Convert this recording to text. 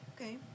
Okay